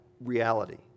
reality